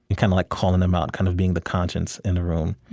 and kind of like calling him out, kind of being the conscience in the room,